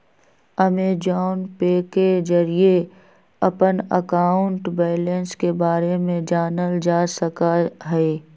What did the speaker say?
Amazon Pay के जरिए अपन अकाउंट बैलेंस के बारे में जानल जा सका हई